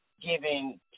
giving